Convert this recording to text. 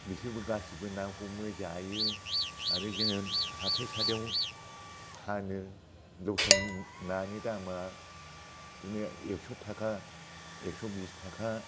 बिसोरबो गासिबो ना हमो जायो आरो जोङो हाथायसालियाव फानो लखेल नानि दामा बिदिनो एक्स' थाखा एक्स' बिस्थाखा